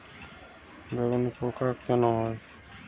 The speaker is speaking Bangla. বেগুনে পোকা কেন হয়?